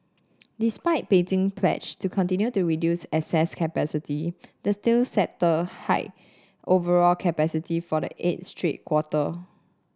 despite Beijing pledge to continue to reduce excess capacity the steel sector hiked overall capacity for the eighth straight quarter